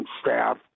staff